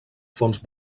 fons